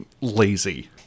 lazy